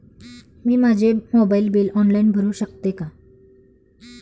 मी माझे mobile bill online भरू शकते का?